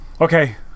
Okay